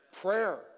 Prayer